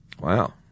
Wow